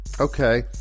Okay